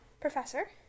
Professor